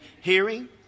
hearing